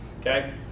okay